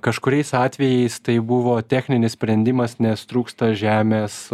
kažkuriais atvejais tai buvo techninis sprendimas nes trūksta žemės